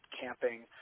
camping